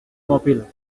mobil